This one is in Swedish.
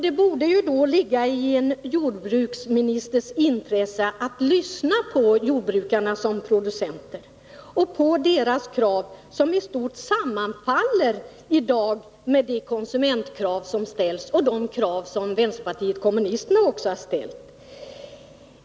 Det borde då ligga i en jordbruksministers intresse att lyssna på jordbrukarnas krav som producenter, som i dag i stort sett sammanfaller med de konsumentkrav som ställs och de krav som också vänsterpartiet kommunisterna har fört fram.